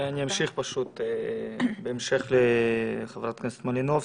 אני אמשיך, בהמשך לחברת הכנסת מלינובסקי,